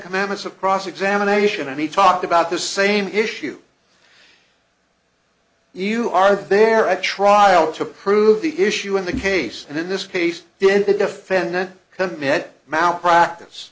commandments of cross examination and he talked about the same issue you are there a trial to prove the issue in the case and in this case did the defendant commit malpracti